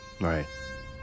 Right